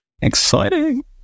Exciting